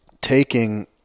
taking